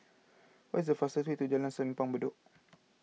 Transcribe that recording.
what is the fastest way to Jalan Simpang Bedok